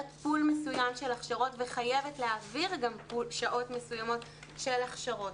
פול מסוים של הכשרות וחייבת להעביר גם שעות מסוימות של הכשרות.